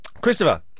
Christopher